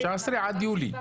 19 עד יולי.